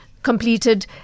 Completed